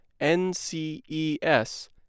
NCES